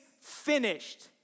finished